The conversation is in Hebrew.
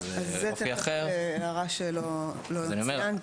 וזה אופי אחר -- זאת הערה שלא ציינתי.